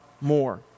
more